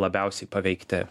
labiausiai paveikti